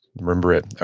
remember it.